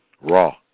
raw